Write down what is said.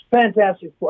Fantastic